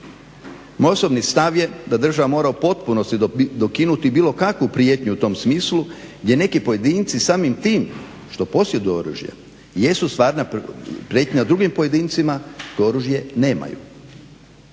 Moj osobni stav je da država mora u potpunosti dokinuti bilo kakvu prijetnju u tom smislu gdje neki pojedinci samim tim što posjeduju oružje jesu stvarna prijetnja drugim pojedincima koji oružje nemaju.